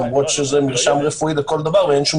למרות שזה מרשם רפואי לכל דבר ואין שום